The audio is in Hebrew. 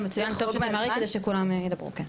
מצוין, טוב שתמהרי כדי שכולם ידברו.